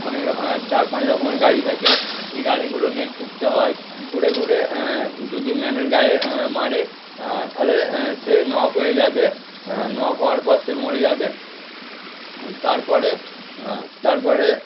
অনেক চার পাঁচ রকমের গাড়ি থাকে এই গাড়িগুলো নিয়ে ঘুরতে হয় ঘুরে ঘুরে যদি ম্যানের গায়ে মারে তাহলে সে নক হয়ে যাবে নক হওয়ার পর সে মরে যাবে তারপরে তারপরে